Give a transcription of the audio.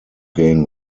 gain